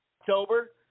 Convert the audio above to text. October